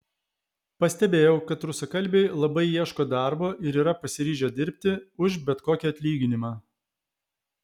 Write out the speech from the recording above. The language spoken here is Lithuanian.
pastebėjau kad rusakalbiai labai ieško darbo ir yra pasiryžę dirbti už bet kokį atlyginimą